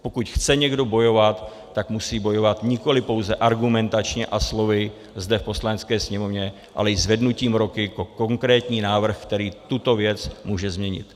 Pokud chce někdo bojovat, tak musí bojovat nikoli pouze argumentačně a slovy zde v Poslanecké sněmovně, ale i zvednutím ruky pro konkrétní návrh, který tuto věc může změnit.